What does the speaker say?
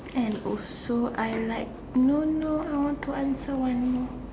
and also I like no no I want to answer one more